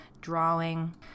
drawing